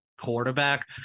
quarterback